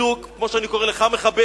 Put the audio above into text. בדיוק כמו שאני קורא לך "מחבל",